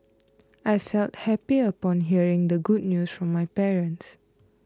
I felt happy upon hearing the good news from my parents